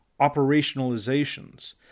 operationalizations